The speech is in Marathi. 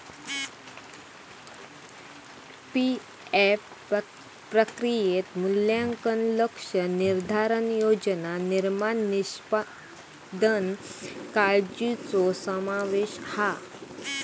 पी.एफ प्रक्रियेत मूल्यांकन, लक्ष्य निर्धारण, योजना निर्माण, निष्पादन काळ्जीचो समावेश हा